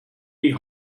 die